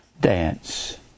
dance